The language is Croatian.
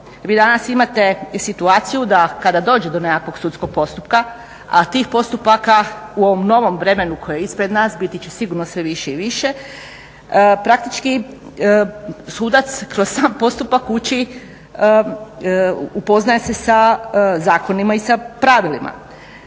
Vi danas imate situaciju da kada dođe do nekakvog sudskog postupka, a tih postupaka u ovom novom vremenu koje je ispred nas biti će sigurno sve više i više, praktički sudac kroz sam postupak uči, upoznaje se sa zakonima i sa pravilima.